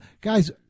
guys